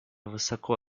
высоко